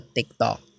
TikTok